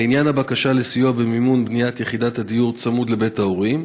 לעניין הבקשה לסיוע במימון בניית יחידת הדיור צמוד לבית ההורים,